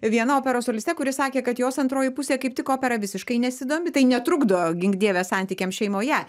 viena operos soliste kuri sakė kad jos antroji pusė kaip tik opera visiškai nesidomi tai netrukdo gink dieve santykiams šeimoje